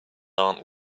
aunt